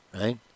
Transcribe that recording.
Right